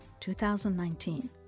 2019